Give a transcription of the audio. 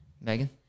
megan